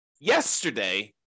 yesterday